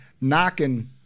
knocking